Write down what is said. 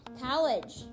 College